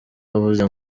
avuze